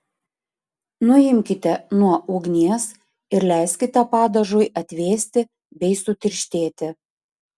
nuimkite nuo ugnies ir leiskite padažui atvėsti bei sutirštėti